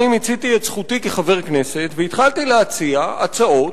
אני מיציתי את זכותי כחבר הכנסת והתחלתי להציע הצעות,